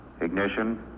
Ignition